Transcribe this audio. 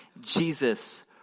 Jesus